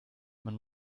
man